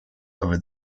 over